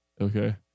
Okay